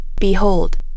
Behold